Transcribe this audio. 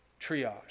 triage